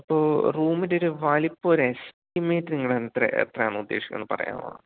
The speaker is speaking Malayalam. അപ്പോൾ റൂമിൻറ്റൊരു വലിപ്പം ഒരു എസ്റ്റിമേറ്റ് നിങ്ങളെത്രയാണ് എത്രയാണെന്നു ഉദ്ദേശിക്കുന്നെന്നു പറയാമോ